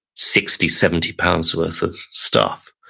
sixty seventy pounds worth of stuff,